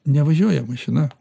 nevažiuoja mašina